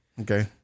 Okay